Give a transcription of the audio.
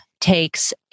takes